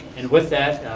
and with that,